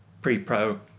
pre-pro